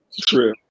true